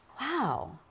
wow